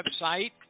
website